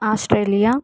Australia